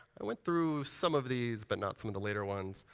i went through some of these, but not some of the later ones.